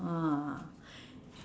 ah